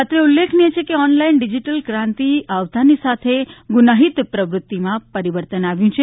અત્રે ઉલ્લેખનીય છે કે ઓનલાઇન ડીજીટલ ક્રાંતિ આવતાની સાથે ગુનાહિત પ્રવૃતિમાં પરિવર્તન આવ્યુ છે